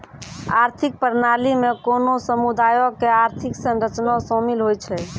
आर्थिक प्रणाली मे कोनो समुदायो के आर्थिक संरचना शामिल होय छै